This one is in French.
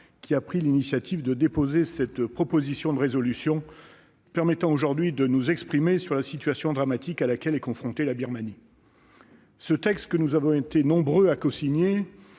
qui a pris l'initiative de déposer cette proposition de résolution permettant aujourd'hui de nous exprimer sur la situation dramatique à laquelle est confrontée la Birmanie. Ce texte, que nous avons été nombreux à cosigner,